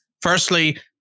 Firstly